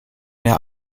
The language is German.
mehr